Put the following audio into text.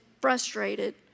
frustrated